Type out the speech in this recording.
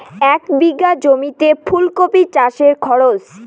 এক বিঘে জমিতে ফুলকপি চাষে খরচ?